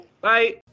Bye